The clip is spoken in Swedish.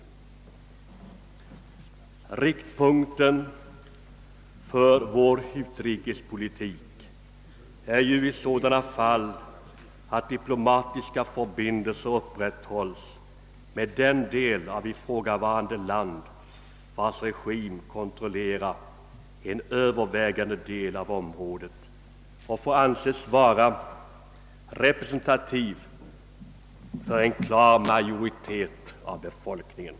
Riktpunkten för vår utrikespolitik är ju i sådana fall att diplomatiska förbindelser upprätthålls med den del av ifrågavarande land, vars regim kontrollerar en övervägande del av området och får anses vara representativ för en klar majoritet av befolkningen.